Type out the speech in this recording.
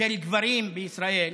של גברים בישראל,